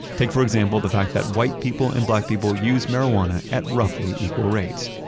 take for example the fact that white people and black people use marijuana at roughly equal rates,